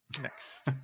next